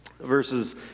Verses